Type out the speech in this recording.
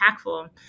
impactful